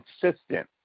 consistent